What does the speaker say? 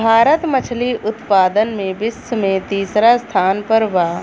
भारत मछली उतपादन में विश्व में तिसरा स्थान पर बा